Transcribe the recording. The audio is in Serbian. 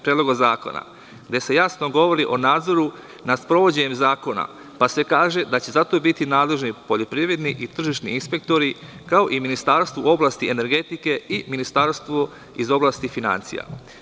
Predloga zakona, gde se jasno govori o nadzoru nad sprovođenjem zakona, pa se kaže da će za to biti nadležni poljoprivredni i tržišni inspektori, kao i ministarstvo u oblasti energetike i ministarstvo iz oblasti finansija.